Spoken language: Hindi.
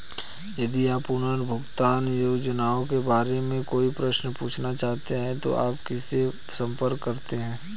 यदि आप पुनर्भुगतान योजनाओं के बारे में कोई प्रश्न पूछना चाहते हैं तो आप किससे संपर्क करते हैं?